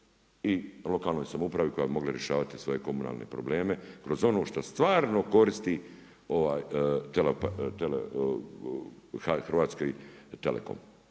i lokalnoj samoupravi koja bi mogla rješavati svoje komunalne probleme kroz ono što stvarno koristi ovaj Hrvatski telekom